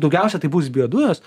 daugiausia tai bus biodujos